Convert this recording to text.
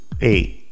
Eight